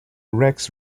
rex